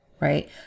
right